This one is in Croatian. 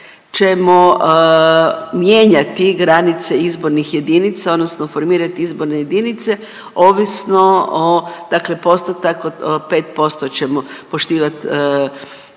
ćemo mijenjati granice izbornih jedinica odnosno formirat izborne jedinice ovisno o, dakle postotak